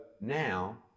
now